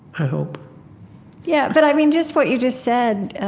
i hope yeah but i mean just what you just said,